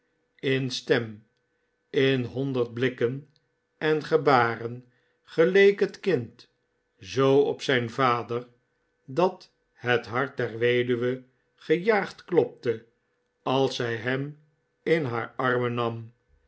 in stem in honderd blikken en gebaren geleek het kind zoo op zijn vader dat het hart der weduwe gejaagd klopte als zij hem in haar armen nam